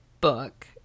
book